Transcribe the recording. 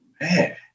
man